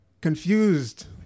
confused